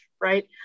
right